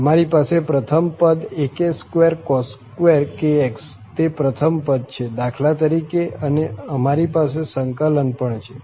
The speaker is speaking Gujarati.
અમારી પાસે પ્રથમ પદ ak2cos2⁡ તે પ્રથમ પદ છે દાખલા તરીકે અને અમારી પાસે સંકલન પણ છે